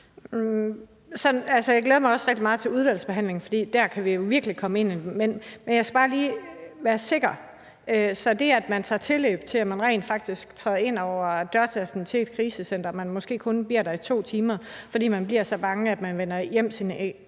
Jeg glæder mig også rigtig meget til udvalgsbehandlingen, for der kan vi virkelig komme ind på det. Men jeg skal bare lige være sikker: Mener Venstre, at det, at man tager tilløb til rent faktisk at træde ind over dørtærsklen til et krisecenter og man måske kun bliver der i 2 timer, fordi man bliver så bange, at man vender hjem til en